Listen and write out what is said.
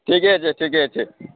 ठीके छै ठीके छै